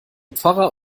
pfarrer